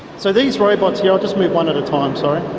so these robots here, i'll just move one at a time, sorry,